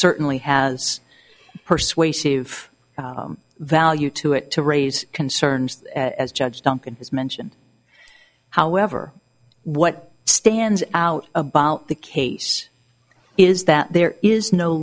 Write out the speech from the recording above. certainly has persuasive value to it to raise concerns as judge duncan has mentioned however what stands out about the case is that there is no